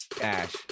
Ash